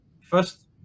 first